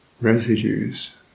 residues